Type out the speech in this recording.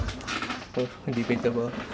oh debatable